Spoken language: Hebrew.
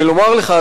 ולומר לך,